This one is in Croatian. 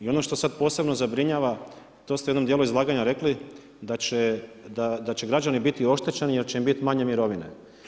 I ono što sad posebno zabrinjava, to ste u jednom djelu izlaganja rekli, da će građani biti oštećeni jer će im biti manje mirovine.